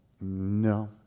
No